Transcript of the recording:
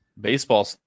Baseball